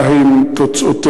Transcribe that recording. מה הן תוצאותיה?